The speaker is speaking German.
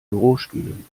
bürostühlen